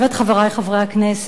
חברי חברי הכנסת,